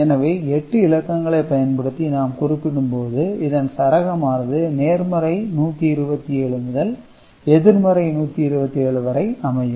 எனவே எட்டு இலக்கங்களை பயன்படுத்தி நாம் குறிப்பிடும் போது இதன் சரகமானது நேர்மறை 127 முதல் எதிர்மறை 127 வரை அமையும்